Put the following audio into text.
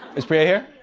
is priya here?